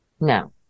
no